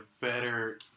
better